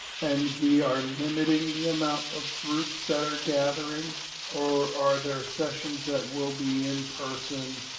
and we are limiting the amount of groups that are gathering or are there sessions that will be in person?